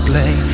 Play